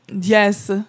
yes